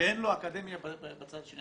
שאין לו אקדמיה בצד השני.